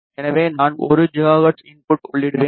எனவே நான் 1 gigahertz input உள்ளிடுவேன்